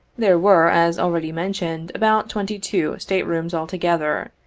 there were, as already mentioned, about twenty two state-rooms altogether,